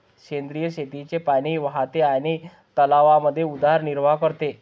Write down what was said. सेंद्रिय शेतीचे पाणी वाहते आणि तलावांमध्ये उदरनिर्वाह करते